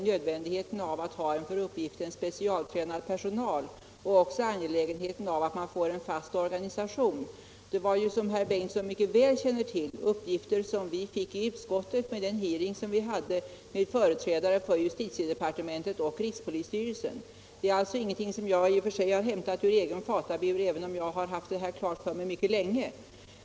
Nödvändigheten av att ha en för uppgiften specialtränad personal och angelägenheten av att man får en fast organisation var, som herr Bengtsson känner väl till, uppgifter som vi fick i utskottet vid den hearing som vi hade med företrädare för justitiedepartementet och rikspolisstyrelsen. Det är alltså ingenting som jag har hämtat ur egen fatabur, även om jag har haft det klart för mig mycket länge.